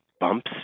bumps